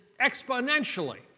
exponentially